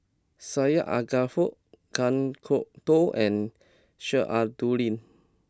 Syed Alsagoff Kan Kwok Toh and Sheik Alau'ddin